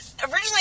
Originally